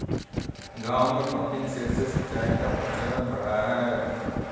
गाँवों में pumping set से सिंचाई का प्रचलन बढ़ा है